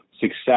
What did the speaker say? success